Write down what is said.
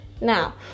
Now